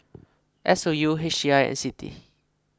S O U H I and Citi